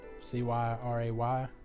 C-Y-R-A-Y